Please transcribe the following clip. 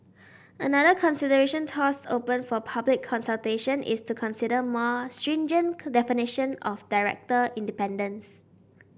another suggestion tossed open for public consultation is to consider a more stringent definition of director independence